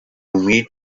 meet